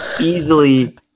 Easily